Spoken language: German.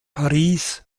paris